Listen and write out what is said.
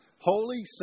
Holy